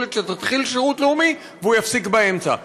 יכול להיות שתתחיל שירות לאומי והוא ייפסק באמצע,